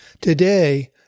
Today